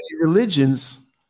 religions